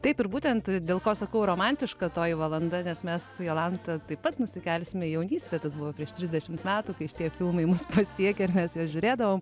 taip ir būtent dėl ko sakau romantiška toji valanda nes mes su jolanta taip pat nusikelsime į jaunystę tas buvo prieš trisdešimt metų kai šitie filmai mus pasiekė ir mes žiūrėdavom